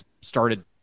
started